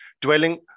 dwelling